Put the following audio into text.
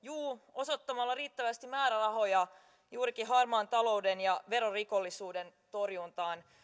osoittamalla riittävästi määrärahoja juurikin harmaan talouden ja verorikollisuuden torjuntaan